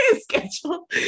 schedule